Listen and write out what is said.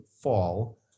fall